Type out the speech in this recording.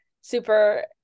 super